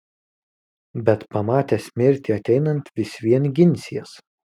bet pamatęs mirtį ateinant vis vien ginsies